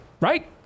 Right